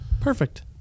Perfect